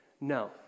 no